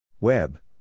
Web